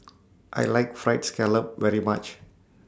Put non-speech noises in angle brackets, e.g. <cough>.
I <noise> like Fried Scallop very much